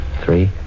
three